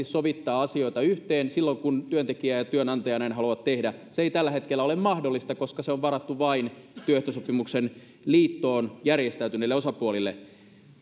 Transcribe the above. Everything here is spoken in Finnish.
sovittaa asioita yhteen silloin kun työntekijä ja työnantaja näin haluavat tehdä ei tällä hetkellä ole mahdollista koska se on varattu vain työehtosopimuksen liittoon järjestäytyneille osapuolille